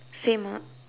same ah